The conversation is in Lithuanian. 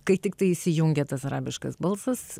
kai tiktai įsijungia tas arabiškas balsas